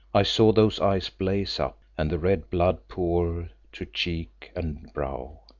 i saw those eyes blaze up, and the red blood pour to cheek and brow.